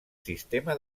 sistema